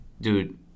Dude